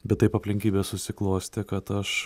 bet taip aplinkybės susiklostė kad aš